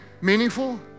meaningful